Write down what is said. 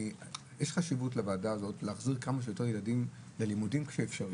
יש חשיבות לוועדה הזאת להחזיר כמה שיותר ילדים ללימודים כשזה אפשרי.